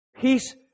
peace